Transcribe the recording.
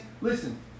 listen